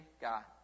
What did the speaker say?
God